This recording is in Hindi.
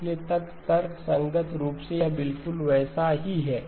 इसलिए तर्कसंगत रूप से यह बिल्कुल वैसा ही है